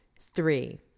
Three